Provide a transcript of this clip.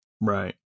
Right